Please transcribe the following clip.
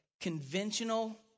conventional